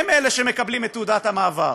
הם מרגישים מושפלים ממך,